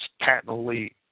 patently